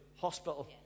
hospital